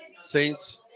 Saints